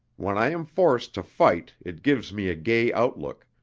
when i am forced to fight it gives me a gay outlook,